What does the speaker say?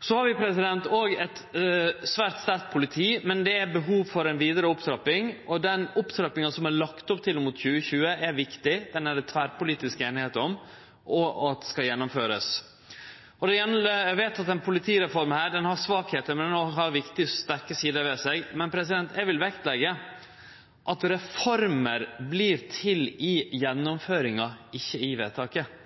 Vi har òg eit svært sterkt politi, men det er behov for ei vidare opptrapping. Den opptrappinga som det er lagt opp til fram mot 2020, er viktig. Ho er det tverrpolitisk einigheit om at skal verte gjennomført. Det er vedteke ei politireform. Ho har svakheiter, men ho har òg viktige og sterke sider ved seg. Eg vil vektleggje at reformer vert til i gjennomføringa – ikkje i vedtaket.